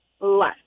Less